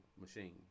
machine